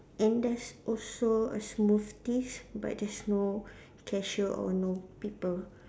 and there's also a smoothie but there's no cashier or no people